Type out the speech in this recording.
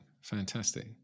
Fantastic